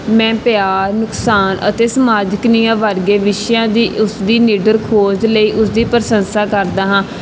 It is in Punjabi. ਮੈਂ ਪਿਆਰ ਨੁਕਸਾਨ ਅਤੇ ਸਮਾਜਿਕ ਨਿਆਂ ਵਰਗੇ ਵਿਸ਼ਿਆਂ ਦੀ ਉਸਦੀ ਨਿਡਰ ਖੋਜ ਲਈ ਉਸਦੀ ਪ੍ਰਸ਼ੰਸਾ ਕਰਦਾ ਹਾਂ